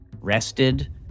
Rested